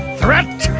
threat